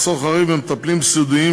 מחסור חריף במטפלים סיעודיים,